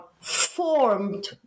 formed